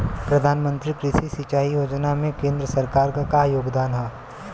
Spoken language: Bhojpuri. प्रधानमंत्री कृषि सिंचाई योजना में केंद्र सरकार क का योगदान ह?